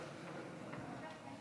לא ידעתי שנרשמתי,